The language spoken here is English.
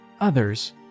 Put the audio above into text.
others